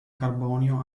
carbonio